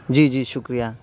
جی جی شکریہ